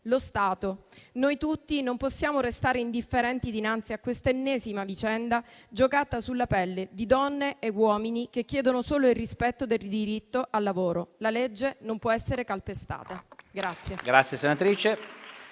Lo Stato, noi tutti, non possiamo restare indifferenti dinanzi a questa ennesima vicenda giocata sulla pelle di donne e uomini, che chiedono solo il rispetto del diritto al lavoro. La legge non può essere calpestata.